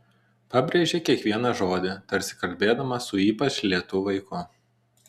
pabrėžė kiekvieną žodį tarsi kalbėdama su ypač lėtu vaiku